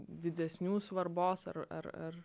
didesnių svarbos ar ar